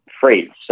free